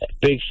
big